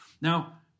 Now